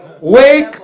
Wake